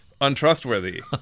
untrustworthy